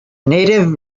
native